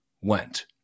went